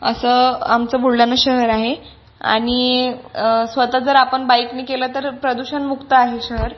असं आमचं बुलढाणा शहर आहे आणि स्वतः जर आपण बाइकनी केलं तर प्रदूषणमुक्त आहे शहर